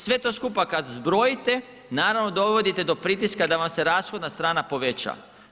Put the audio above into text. Sve to skupa kada zbrojite naravno dovodite do pritiska da vam se rashodna strana poveća.